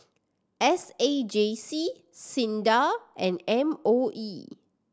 S A J C SINDA and M O E